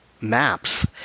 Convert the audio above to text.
maps